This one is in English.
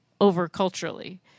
over-culturally